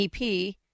EP